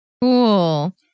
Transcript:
Cool